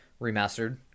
Remastered